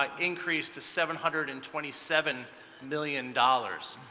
um increased to seven hundred and twenty seven million dollars.